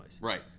Right